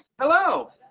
Hello